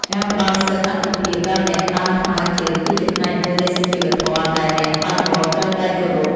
ការផ្តល់សិទ្ធិអាទិភាពដល់អ្នកដើរថ្មើរជើងគឺជាផ្នែកមួយនៃសុជីវធម៌ដែលអ្នកបើកបរត្រូវតែគោរព។